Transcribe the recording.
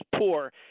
poor